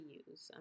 use